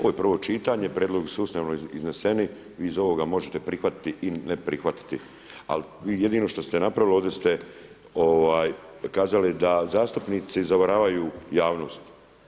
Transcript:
Ovo je prvo čitanje, prijedlozi su usmeno izneseni, vi iz ovoga možete prihvatiti i ne prihvatiti ali vi jedino što ste napravili ovdje ste da zastupnici zavaravaju javnost.